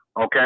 Okay